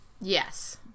yes